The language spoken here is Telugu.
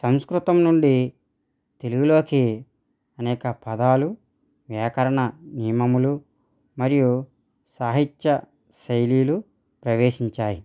సంస్కృతం నుండి తెలుగులో అనేక పదాలు వ్యాకరణ హిమములు మరియు సాహిత్య శైలీలు ప్రవేశించాయి